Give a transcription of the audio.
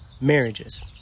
marriages